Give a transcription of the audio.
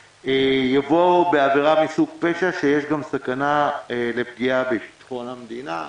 יבוא: "בעבירה מסוג פשע שיש בה סכנה לפגיעה בביטחון המדינה".